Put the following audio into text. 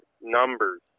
numbers